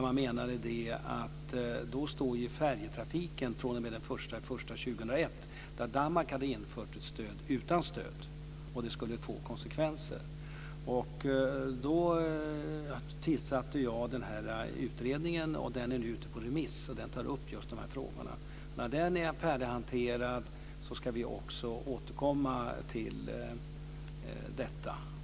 Man menade att färjetrafiken då skulle stå utan stöd fr.o.m. den 1 januari 2001, då Danmark hade infört ett stöd, och att det skulle få konsekvenser. Jag tillsatte då en utredning som skulle ta upp just de här frågorna. Denna utredning är nu ute på remiss, och när den är färdighanterad ska vi återkomma till detta.